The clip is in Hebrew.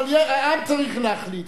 אבל העם צריך להחליט,